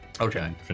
Okay